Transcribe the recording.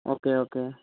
okay okay